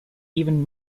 even